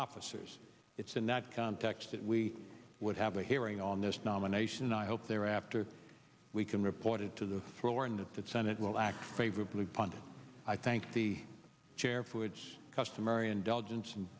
officers it's in that context that we would have a hearing on this nomination and i hope there after we can report it to the floor and at that senate will act favorably pundit i thank the chair for its customary indulgence and